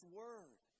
word